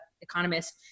economist